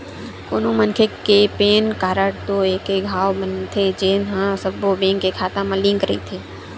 कोनो मनखे के पेन कारड तो एके घांव बनथे जेन ह सब्बो बेंक के खाता म लिंक रहिथे